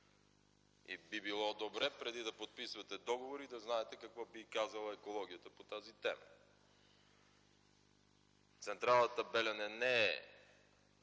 и би било добре преди да подписвате договори да знаете какво би казала екологията по тази тема. Централата „Белене” не е